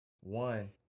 One